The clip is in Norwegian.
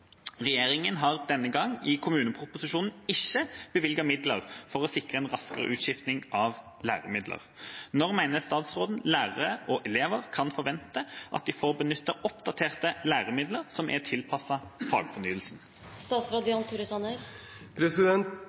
Regjeringen har i kommuneproposisjonen ikke bevilget midler for å sikre en raskere utskifting av læremidler. Når mener statsråden lærere og elever kan forvente at de får benytte oppdaterte læremidler som er